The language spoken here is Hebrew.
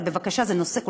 של השוק החופשי.